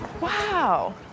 Wow